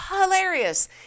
hilarious